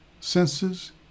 senses